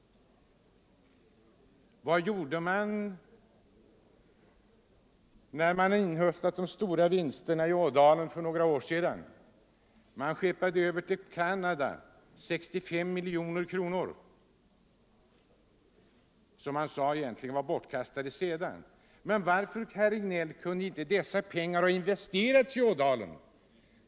Vad gjorde man när man hade inhöstat de stora vinsterna i Ådalen = Vissa frågor för några år sedan? Man skeppade över till Canada 65 miljoner kronor = rörande skogsindusom man sedan sade egentligen var bortkastade. Men varför, herr Regnéll, — strin kunde inte dessa pengar ha investerats i Ådalen?